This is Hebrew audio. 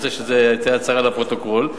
אני רוצה שזו תהיה הצהרה לפרוטוקול,